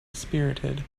spirited